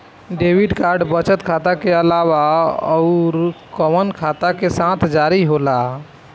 Debit card बचत खाता के अलावा अउरकवन खाता के साथ जारी होला?